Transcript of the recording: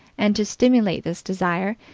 and, to stimulate this desire,